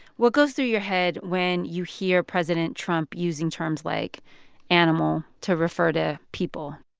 what goes through your head when you hear president trump using terms like animal to refer to people?